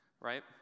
right